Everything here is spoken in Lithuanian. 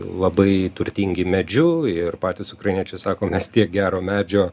labai turtingi medžiu ir patys ukrainiečiai sako mes tiek gero medžio